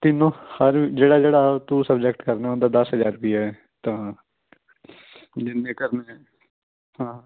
ਤੈਨੂੰ ਸਰ ਜਿਹੜਾ ਜਿਹੜਾ ਤੂੰ ਸਬਜੈਕਟ ਕਰਨਾ ਉਹਦਾ ਦਸ ਹਜ਼ਾਰ ਰੁਪਈਆ ਹੈ ਹਾਂ ਜਿੰਨੇ ਕਰਨੇ ਹੈ ਹਾਂ